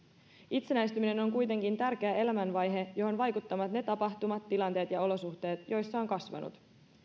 itsenäistyminen on kuitenkin tärkeä elämänvaihe johon vaikuttavat ne tapahtumat tilanteet ja olosuhteet joissa on kasvanut